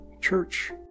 church